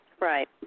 Right